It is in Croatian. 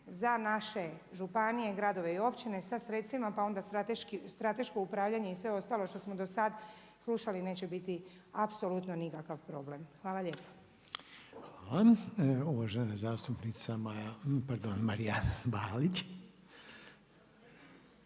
za naše županije, gradove i općine sa sredstvima pa onda stratešku upravljanje i sve ostali što smo dosad slušali neće biti apsolutno nikakav problem. Hvala lijepa. **Reiner, Željko (HDZ)** Hvala. Uvažena zastupnica Marijana Balić.